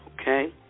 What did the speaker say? Okay